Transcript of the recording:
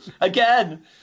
again